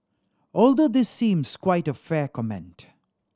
although this seems quite a fair comment